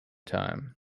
time